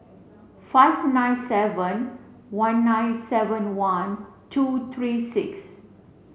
five nine seven one nine seven one two three six